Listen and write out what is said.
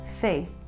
faith